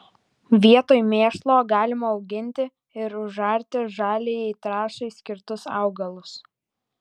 vietoj mėšlo galima auginti ir užarti žaliajai trąšai skirtus augalus